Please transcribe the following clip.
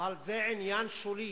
אבל זה עניין שולי.